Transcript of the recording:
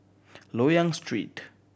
Loyang Street